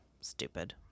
stupid